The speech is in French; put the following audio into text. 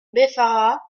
beffara